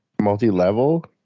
multi-level